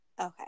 Okay